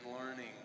learning